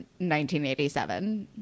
1987